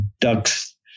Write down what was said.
ducks